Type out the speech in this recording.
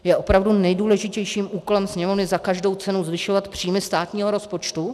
Je opravdu nejdůležitějším úkolem Sněmovny za každou cenu zvyšovat příjmy státního rozpočtu?